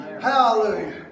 hallelujah